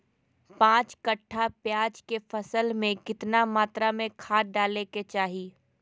पांच कट्ठा प्याज के फसल में कितना मात्रा में खाद डाले के चाही?